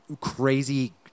crazy